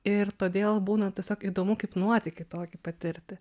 ir todėl būna tiesiog įdomu kaip nuotykį tokį patirti